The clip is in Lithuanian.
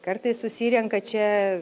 kartais susirenka čia